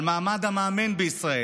על מעמד המאמן בישראל,